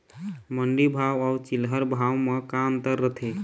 मंडी भाव अउ चिल्हर भाव म का अंतर रथे?